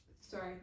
sorry